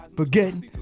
forgetting